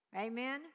Amen